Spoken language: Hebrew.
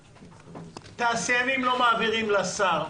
התעשיינים לא מעבירים לשר.